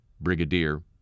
brigadier